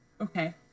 okay